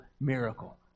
miracle